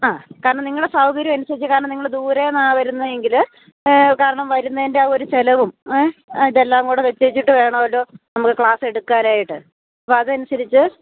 ആ കാരണം നിങ്ങളുടെ സൗകര്യം അനുസരിച്ച് കാരണം നിങ്ങള് ദൂരെ നിന്നാണു വരുന്നതെങ്കില് കാരണം വരുന്നതിന്റെ ആ ഒരു ചെലവും ഇതെല്ലാംകൂടെ നിശ്ചയ്ച്ചിട്ട് വേണമല്ലോ നമ്മള് ക്ലാസ്സെടുക്കാനായിട്ട് അപ്പോഴതനുസരിച്ച്